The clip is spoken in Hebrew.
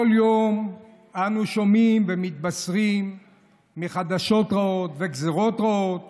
כל יום אנו שומעים ומתבשרים על חדשות רעות ועל גזרות רעות